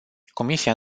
comisia